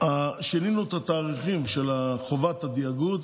שינינו את התאריכים של חובת התיאגוד,